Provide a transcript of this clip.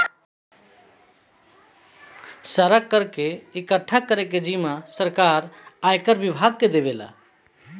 सारा कर के इकठ्ठा करे के जिम्मा सरकार आयकर विभाग के देवेला